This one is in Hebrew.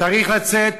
צריך לצאת,